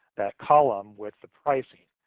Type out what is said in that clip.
that column with the pricing,